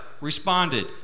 responded